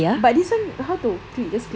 but this [one] how to click just click